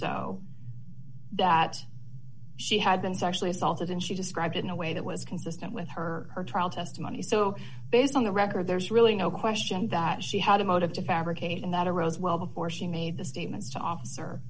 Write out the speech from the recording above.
though that she had been sexually assaulted and she described in a way that was consistent with her trial testimony so based on the record there's really no question that she had a motive to fabricate and that arose well before she made the statements to officer